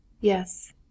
Yes